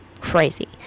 crazy